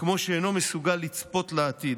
כמו שאינו מסוגל לצפות לעתיד.